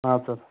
ಹಾಂ ಸರ್